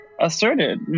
asserted